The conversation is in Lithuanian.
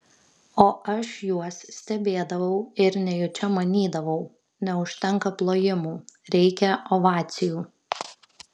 o aš juos stebėdavau ir nejučia manydavau neužtenka plojimų reikia ovacijų